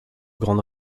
grande